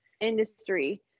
industry